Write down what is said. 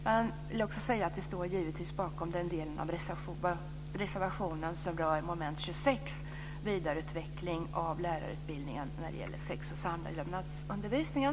Jag vill också säga att vi givetvis står bakom reservationen som rör moment 26, vidareutveckling av lärarutbildningen när det gäller sex och samlevnadsundervisningen.